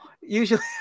Usually